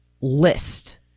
list